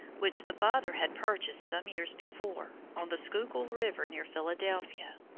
which the father had purchased some years before, on the schuylkill river near philadelphia.